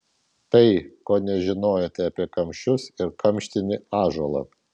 tai ko nežinojote apie kamščius ir kamštinį ąžuolą